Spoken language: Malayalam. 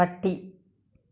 പട്ടി